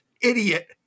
idiot